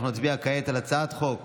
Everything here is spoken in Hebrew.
נצביע כעת על הצעת החוק